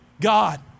God